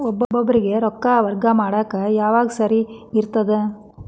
ಒಬ್ಬರಿಗ ರೊಕ್ಕ ವರ್ಗಾ ಮಾಡಾಕ್ ಯಾವಾಗ ಸರಿ ಇರ್ತದ್?